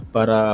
Para